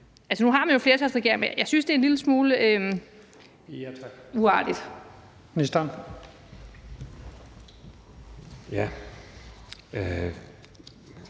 nu har man jo en flertalsregering, men jeg synes, det er en lille smule uartigt. Kl.